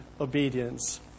obedience